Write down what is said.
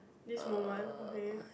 this moment okay